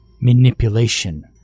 Manipulation